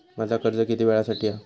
माझा कर्ज किती वेळासाठी हा?